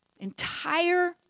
entire